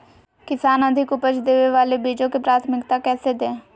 किसान अधिक उपज देवे वाले बीजों के प्राथमिकता कैसे दे?